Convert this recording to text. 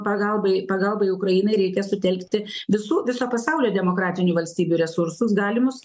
pagalbai pagalbai ukrainai reikia sutelkti visų viso pasaulio demokratinių valstybių resursus galimus